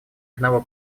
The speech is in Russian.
одного